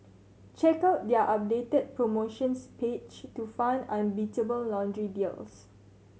check out their updated promotions page to find unbeatable laundry deals